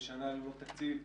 בשנה ללא תקציב,